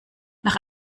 nach